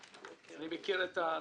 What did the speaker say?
אני מכיר את הנושא.